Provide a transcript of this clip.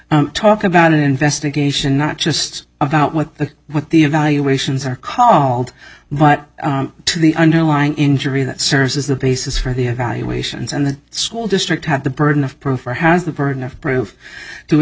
talk about an investigation not just about what the what the evaluations are called but to the underlying injury that serves as the basis for the evaluations and the school district have the burden of proof or has the burden of proof to